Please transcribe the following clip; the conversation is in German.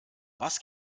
was